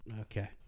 Okay